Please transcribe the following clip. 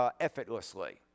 effortlessly